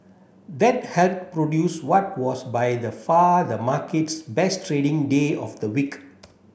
that helped produce what was by the far the market's best trading day of the week